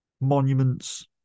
monuments